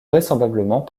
vraisemblablement